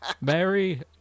mary